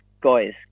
guys